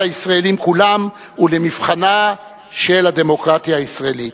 הישראלים כולם ולמבחנה של הדמוקרטיה הישראלית.